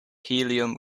helium